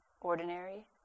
Ordinary